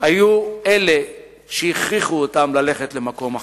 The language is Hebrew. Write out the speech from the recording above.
היו אלה שהכריחו אותם ללכת למקום אחר.